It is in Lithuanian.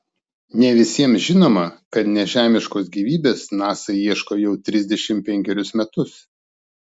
ne visiems žinoma kad nežemiškos gyvybės nasa ieško jau trisdešimt penkerius metus